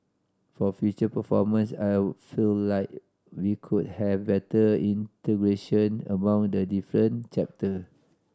for future performance I feel like we could have better integration among the different chapter